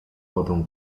wodę